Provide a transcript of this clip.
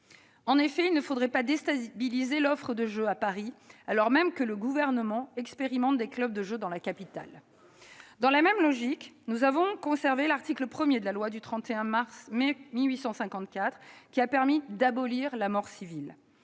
En effet, il ne faudrait pas déstabiliser l'offre de jeux à Paris, alors même que le Gouvernement expérimente des clubs de jeux dans la capitale. Dans la même logique, nous avons conservé l'article 1 de la loi du 31 mai 1854, qui a permis d'abolir la mort civile.